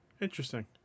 Interesting